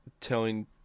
telling